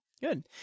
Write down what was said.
good